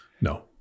No